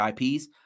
IPs